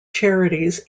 charities